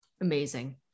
Amazing